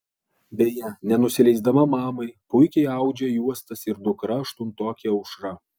beje nenusileisdama mamai puikiai audžia juostas ir dukra aštuntokė aušra